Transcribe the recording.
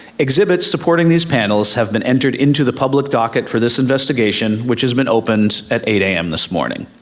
exhibits supporting these panels have been entered into the public docket for this investigation which has been opened at eight am this morning.